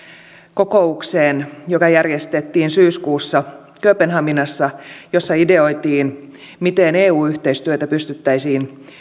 kokoukseen joka järjestettiin syyskuussa kööpenhaminassa jossa ideoitiin miten eu yhteistyötä pystyttäisiin